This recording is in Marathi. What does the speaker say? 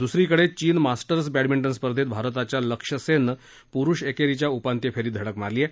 दूसरीकडे चीन मास्टर्स बद्धभिंटन स्पर्धेत भारताचा लक्ष्य सेननं पुरुष एकेरीच्या उपांत्य फेरीत धडक मारली आहे